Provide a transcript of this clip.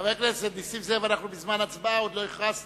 ההצעה להעביר את הצעת